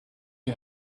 you